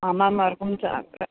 हमामहरूको नि छ